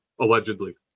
allegedly